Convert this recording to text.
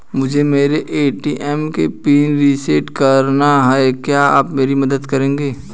मुझे मेरे ए.टी.एम का पिन रीसेट कराना है क्या आप मेरी मदद करेंगे?